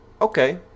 Okay